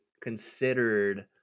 considered